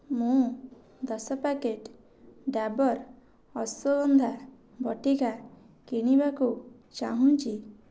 ମୁଁ ଦଶ ପ୍ୟାକେଟ୍ ଡ଼ାବର୍ ଅଶ୍ଵଗନ୍ଧା ବଟିକା କିଣିବାକୁ ଚାହୁଁଛି